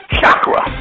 chakra